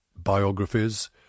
biographies